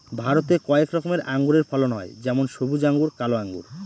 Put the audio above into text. ভারতে কয়েক রকমের আঙুরের ফলন হয় যেমন সবুজ আঙ্গুর, কালো আঙ্গুর